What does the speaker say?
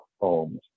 homes